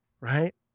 right